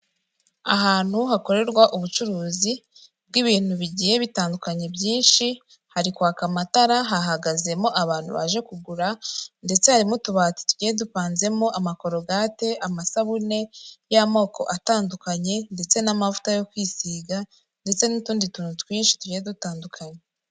Ahantu hakorerwa ubucuruzi bw'ibintu bigiye bitandukanye byinshi, hari kwaka amatara hahagazemo abantu baje kugura ndetse harimo utubati tugiye dupanzemo amakorogate, amasabune y'amoko atandukanye ndetse n'amavuta yo kwisiga ndetse n'utundi tuntu twinshi tugiye dutandukanye.